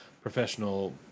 professional